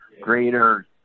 greater